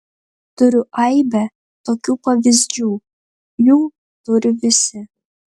turiu aibę tokių pavyzdžių jų turi visi